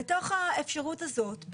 בתוך האפשרות הזאת,